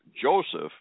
Joseph